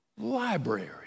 library